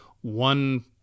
one